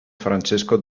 francesco